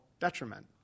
detriment